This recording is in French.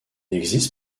existe